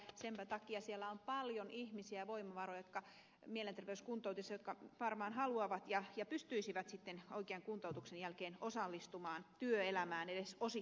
senpä takia on paljon ihmisiä ja voimavaroja mielenterveyskuntoutujissa jotka varmaan haluaisivat ja pystyisivät oikean kuntoutuksen jälkeen osallistumaan työelämään edes osittain